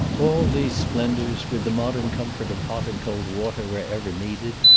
all these splendors, with the modern comfort of hot and cold water wherever needed,